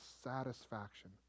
satisfaction